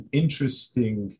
interesting